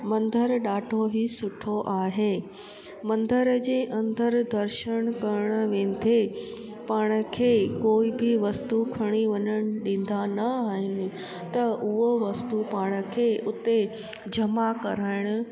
मंदर ॾाढो ई सुठो आहे मंदर जे अंदरु दर्शन करणु वेंदे पाण खे कोई बि वस्तू खणी वञणु ॾींदा न आहिनि त उहो वस्तू पाण खे उते जमा कराइणु